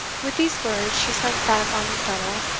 with these words she sunk back on the settle,